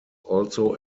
also